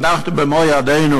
אנחנו במו ידינו,